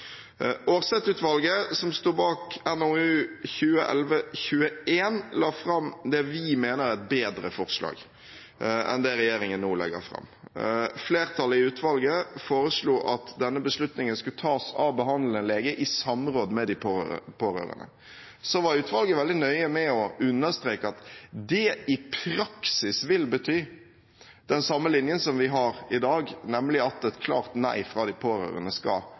som står bak NOU 2011:21, la fram det vi mener er et bedre forslag enn det regjeringen nå legger fram. Flertallet i utvalget foreslo at denne beslutningen skulle tas av behandlende lege i samråd med de pårørende. Så var utvalget veldig nøye med å understreke at det i praksis vil bety den samme linjen som vi har i dag, nemlig at et klart nei fra de pårørende skal